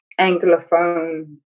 Anglophone